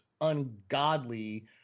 ungodly